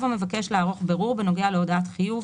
המבקש לערוך בירור בנוגע להודעת חיוב,